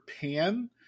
Pan